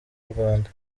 rwanda